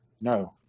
no